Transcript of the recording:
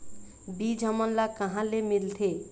बीज हमन ला कहां ले मिलथे?